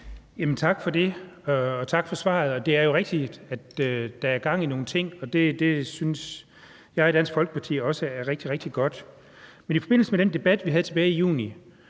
Tak for det, og tak for svaret. Det er jo rigtigt, at der er gang i nogle ting, og det synes jeg og Dansk Folkeparti også er rigtig, rigtig godt. Men efter den debat, vi havde tilbage i juni,